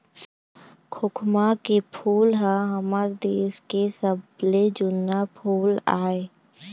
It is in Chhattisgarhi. खोखमा के फूल ह हमर देश के सबले जुन्ना फूल आय